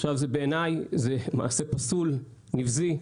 בעיני זה מעשה פסול, נבזי.